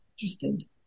interested